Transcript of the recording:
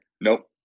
nope